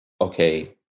Okay